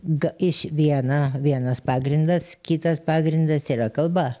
ga iš viena vienas pagrindas kitas pagrindas yra kalba